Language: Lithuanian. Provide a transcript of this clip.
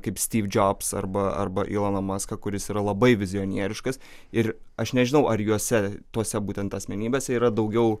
kaip styv džobs arba arba iloną maską kuris yra labai vizionieriškas ir aš nežinau ar juose tuose būtent asmenybėse yra daugiau